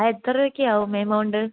അത് എത്ര രൂപയൊക്കെ ആവും എമൗണ്ട്